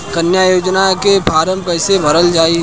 कन्या योजना के फारम् कैसे भरल जाई?